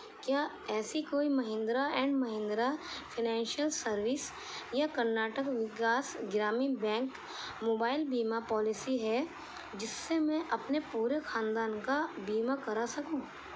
کیا ایسی کوئی Mahindra and Mahindra financial service یا کرناٹک وکاس گرامین بینک موبائل بیمہ پالیسی ہے جس سے میں اپنے پورے خاندان کا بیمہ کرا سکوں